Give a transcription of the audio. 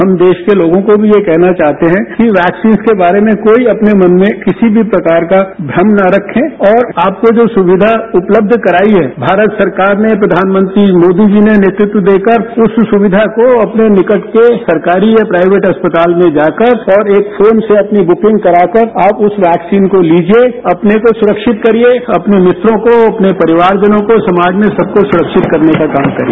हम देश के लोगों को भी ये कहना चाहते हैं कि वैक्सीन्स के बारे में कोई अपने मन में किसी प्रकार का भ्रम न रखें और आपको जो सुविधा उपलब्ध कराई है भारत सरकार ने प्रधानमंत्री मोदी जी ने नेतृत्व देकर उस सुविधा को अपने निकट के सरकारी या प्राइवेट अस्पताल में जाकर और एक फोन से अपनी बुकिंग कराकर आप उस वैक्सीन को लीजिए अपने को सुरक्षित करिए अपने मित्रों को अपने परिवार जनों को समाज में सबको सुरक्षित करने का काम करिए